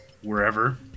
wherever